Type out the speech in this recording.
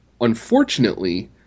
Unfortunately